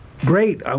Great